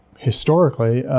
historically